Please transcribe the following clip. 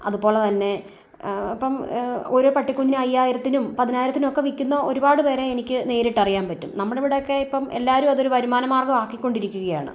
അതുപോലെ തന്നെ ഇപ്പം ഒരു പട്ടി കുഞ്ഞ് അയ്യായിരത്തിനും പതിനായിരത്തിനുമൊക്കെ വിൽക്കുന്ന ഒരുപാട് പേരെ എനിക്ക് നേരിട്ട് അറിയാൻ പറ്റും നമ്മുടെ ഇവിടെയൊക്കെ ഇപ്പം എല്ലാവരും അത് ഒരു വരുമാന മാർഗമാക്കി കൊണ്ടിരിക്കുകയാണ്